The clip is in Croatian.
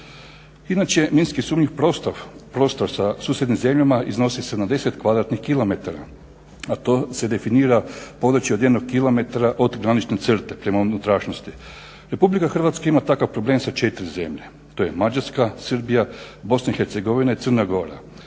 Inače, minski sumnjiv prostor sa susjednim zemljama iznosi 70 kvadratnih kilometara, a to se definira područje od 1 kilometra od granične crte prema unutrašnjosti. Republika Hrvatska ima takav problem sa 4 zemlje. To je Mađarska, Srbija, Bosna i Hercegovina i Crna Gora.